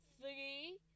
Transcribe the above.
three